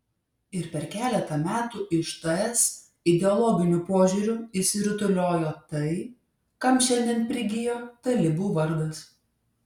ir per keletą metų iš ts ideologiniu požiūriu išsirutuliojo tai kam šiandien prigijo talibų vardas